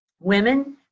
Women